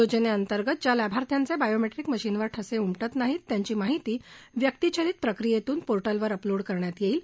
योजने अंतर्गत ज्या लाभार्थ्यांचे बायोमेट्रीक मशीनवर ठसे उमटत नाहीत त्यांची माहिती व्यक्तीचलित प्रक्रियेतून पोर्टलवर अपलोड करण्यात येईल